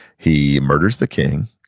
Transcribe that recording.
he murders the king,